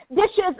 dishes